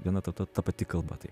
viena tauta ta pati kalba tai